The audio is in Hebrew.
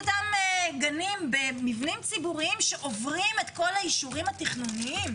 אותם גנים במבנים ציבוריים שעוברים את כל האישורים התכנוניים.